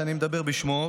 שאני מדבר בשמו,